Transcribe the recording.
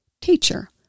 Teacher